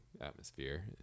atmosphere